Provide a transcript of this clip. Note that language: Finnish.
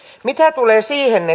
mitä tulee siihen